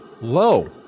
low